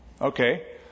okay